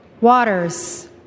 Waters